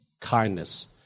kindness